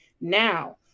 Now